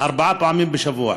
ארבע פעמים בשבוע.